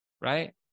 right